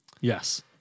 Yes